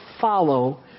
follow